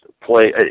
play